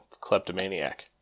kleptomaniac